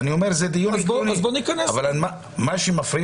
-- או שנוותר על עבירות הקנס.